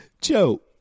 Joe